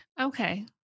Okay